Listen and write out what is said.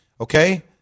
okay